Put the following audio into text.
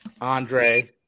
Andre